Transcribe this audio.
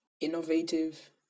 innovative